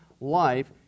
life